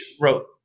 wrote